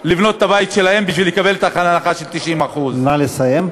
לבנות את הבית שלהם בשביל לקבל את ההנחה של 90%. נא לסיים.